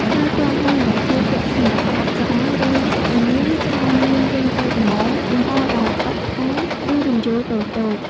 ហើយកងដៃដែលគេពាក់សម្រាប់អប្សរា ឬព្រះនាង ច្រើនមានរាងតូចល្មម លម្អដោយក្បាច់ផ្កា ឬរំយោលតូចៗ។